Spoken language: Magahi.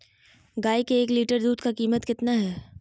गाय के एक लीटर दूध का कीमत कितना है?